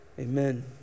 amen